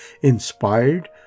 inspired